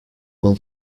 will